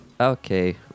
Okay